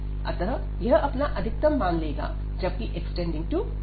अतः यह अपना अधिकतम मान लेगा जबकि x→a